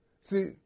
See